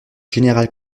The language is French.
général